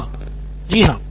सिद्धार्थ मतुरी हाँ